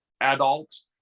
adults